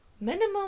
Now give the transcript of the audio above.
Minimum